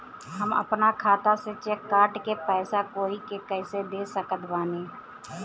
हम अपना खाता से चेक काट के पैसा कोई के कैसे दे सकत बानी?